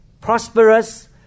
prosperous